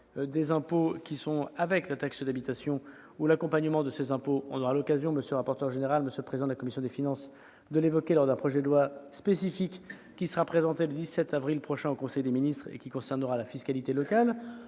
des impôts qui vont avec la taxe d'habitation, ou l'accompagnement de ces impôts. Nous aurons l'occasion, monsieur le rapporteur général, monsieur le président de la commission des finances, de l'évoquer lors d'un projet de loi spécifique, qui sera présenté le 17 avril prochain en conseil des ministres et qui concernera la fiscalité locale.